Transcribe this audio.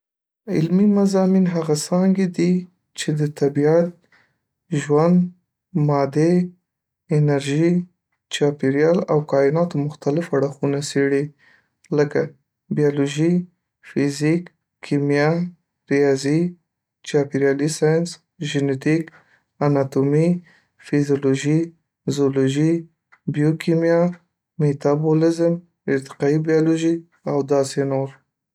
.علمي مضامین هغه څانګې دي چې د طبیعت، ژوند، مادې، انرژۍ، چاپېریال، او کایناتو مختلف اړخونه څېړي .لکه: بیولوژي، فزیک، کیمیا، ریاضي، چاپېریالي ساینس، ژنتیک، اناتومي، فیزیولوژي، زولوجي، بیوکیمیا، میتابولیزم، ارتقايي بیولوژي او داسي نور